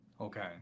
Okay